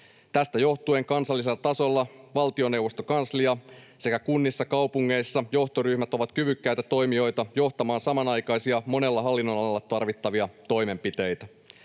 Tästä johtuen kansallisella tasolla valtioneuvoston kanslia sekä johtoryhmät kunnissa ja kaupungeissa ovat kyvykkäitä toimijoita johtamaan samanaikaisia monella hallinnonalalla tarvittavia toimenpiteitä.